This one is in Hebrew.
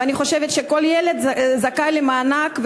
ואני חושבת שכל ילד זכאי למענק,